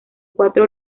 cuatro